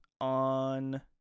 on